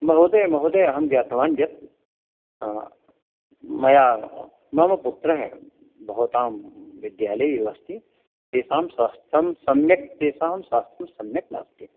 महोदय महोदय अहं ज्ञातवान् यत् मया मम पुत्रः भवतां विद्यालये एव अस्ति तेषां स्वास्थ्यं सम्यक् तेषां स्वास्थ्यं सम्यक् नास्ति